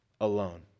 alone